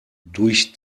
durch